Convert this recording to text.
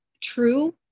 true